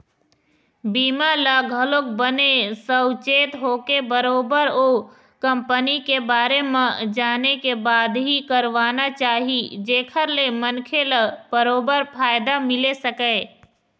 बीमा ल घलोक बने साउचेत होके बरोबर ओ कंपनी के बारे म जाने के बाद ही करवाना चाही जेखर ले मनखे ल बरोबर फायदा मिले सकय